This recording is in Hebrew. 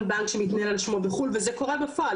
בנק שמתנהל על שמו בחו"ל וזה קורה בפועל,